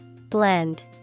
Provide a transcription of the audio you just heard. Blend